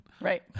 Right